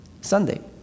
Sunday